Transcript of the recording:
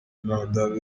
intandaro